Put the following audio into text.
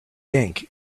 ink